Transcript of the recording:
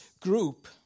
group